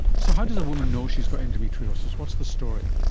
so how does a woman know she's got endometriosis? what's the story?